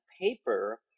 paper